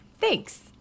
Thanks